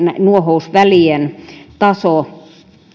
nuohousvälien taso